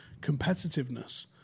competitiveness